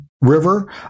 River